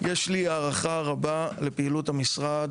יש לי הערכה רבה לפעילות המשרד